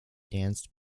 danced